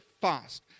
fast